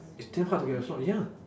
it's damn hard to get a slot ya